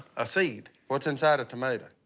a seed. what's inside a tomato?